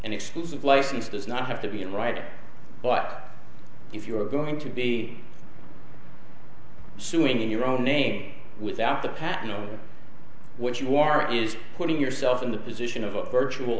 and exclusive life does not have to be in writing but if you are going to be suing in your own name without the past you know what you are is putting yourself in the position of a virtual